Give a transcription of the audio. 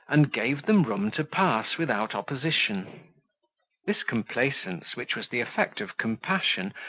and gave them room to pass without opposition this complaisance, which was the effect of compassion,